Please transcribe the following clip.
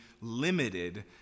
limited